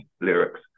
lyrics